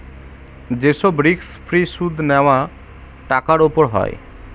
যে সব risk free সুদ নেওয়া টাকার উপর হয়